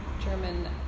german